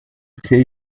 kay